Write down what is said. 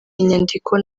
inyandiko